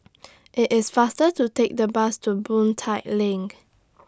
IT IS faster to Take The Bus to Boon Tat LINK